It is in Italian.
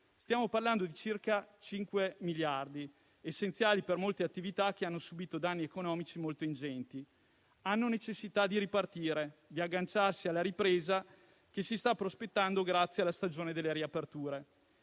Stiamo parlando di circa 5 miliardi, essenziali per molte attività che hanno subito danni economici molto ingenti, hanno necessità di ripartire, di agganciarsi alla ripresa che si sta prospettando grazie alla stagione delle riaperture.